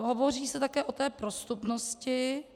Hovoří se také o prostupnosti.